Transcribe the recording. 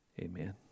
amen